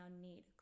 need